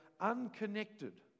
unconnected